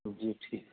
جی ٹھیک ہے